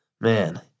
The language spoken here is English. man